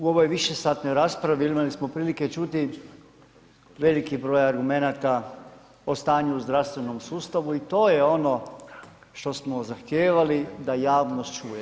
U ovoj višesatnoj raspravi imali smo prilike čuti veliki broj argumenata o stanju u zdravstvenom sustavu i to je ono što smo zahtijevali da javnost čuje.